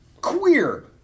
queer